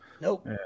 nope